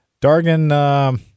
Dargan –